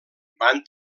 van